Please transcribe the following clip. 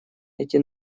эти